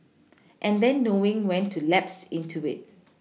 and then knowing when to lapse into it